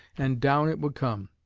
and down it would come.